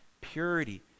purity